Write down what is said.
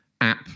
app